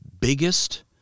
biggest